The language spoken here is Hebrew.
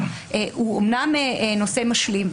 הוא אמנם נושא משלים,